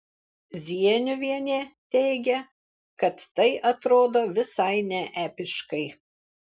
zieniuvienė teigia kad tai atrodo visai neepiškai